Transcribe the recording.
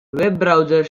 browser